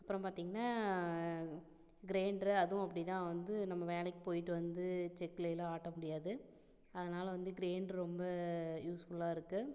அப்புறம் பார்த்தீங்கன்னா கிரைண்டரு அதுவும் அப்படிதான் வந்து நம்ம வேலைக்கு போய்ட்டு வந்து செக்குலைலாம் ஆட்ட முடியாது அதனால் வந்து கிரைண்டரு ரொம்ப யூஸ்ஃபுல்லாக இருக்குது